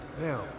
Now